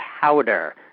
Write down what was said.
powder